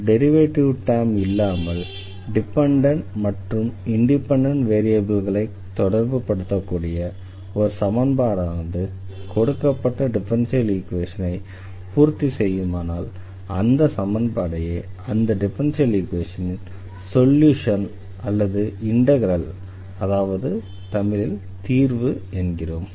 derivative term இல்லாமல் dependent மற்றும் independent வேரியபிள்களை தொடர்பு படுத்தக்கூடிய ஒரு சமன்பாடானது கொடுக்கப்பட்ட டிஃபரன்ஷியல் ஈக்வேஷனை பூர்த்தி செய்யுமானால் அந்த சமன்பாடையே அந்த டிஃபரன்ஷியல் ஈக்வேஷனின் சொல்யூஷன் அல்லது இண்டெக்ரல் அதாவது தீர்வு என்கிறோம்